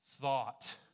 thought